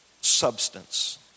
substance